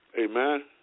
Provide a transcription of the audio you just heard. Amen